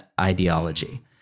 ideology